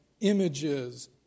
images